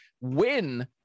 win